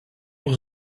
was